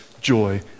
joy